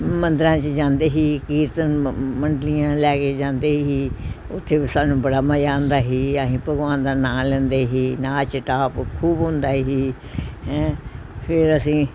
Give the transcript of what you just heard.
ਮੰਦਰਾਂ 'ਚ ਜਾਂਦੇ ਸੀ ਕੀਰਤਨ ਮ ਮੰਡਲੀਆਂ ਲੈ ਕੇ ਜਾਂਦੇ ਸੀ ਉੱਥੇ ਵੀ ਸਾਨੂੰ ਬੜਾ ਮਜਾ ਆਉਂਦਾ ਸੀ ਅਸੀਂ ਭਗਵਾਨ ਦਾ ਨਾਮ ਲੈਂਦੇ ਸੀ ਨਾਚ ਟਾਪ ਖੂਬ ਹੁੰਦਾ ਸੀ ਹੈਂ ਫਿਰ ਅਸੀਂ